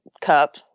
cup